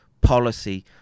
policy